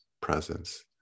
presence